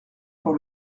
pour